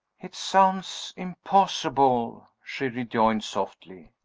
it sounds impossible, she rejoined, softly.